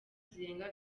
zirenga